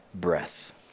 breath